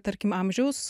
tarkim amžiaus